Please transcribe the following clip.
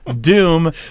doom